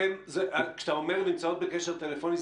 כשאתה אומר נמצאות בקשר טלפוני,